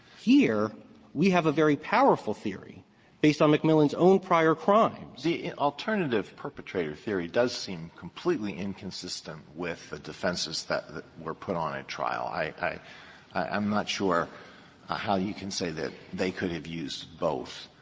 here we have a very powerful theory based on mcmillan's own prior crimes. alito the alternative perpetrator theory does seem completely inconsistent with the defenses that were put on at trial. i i i'm not sure ah how you can say that they could have used both.